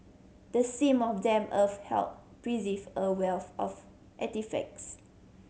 the seam of damp earth helped preserve a wealth of artefacts